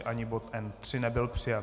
Ani bod N3 nebyl přijat.